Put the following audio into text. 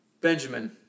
Benjamin